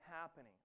happening